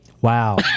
Wow